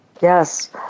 Yes